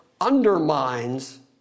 undermines